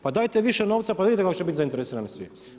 Pa dajte više novca pa vidite kako će biti zainteresirani svi.